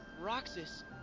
Roxas